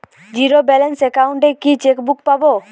Zero balance account এ কি chequebook পাব?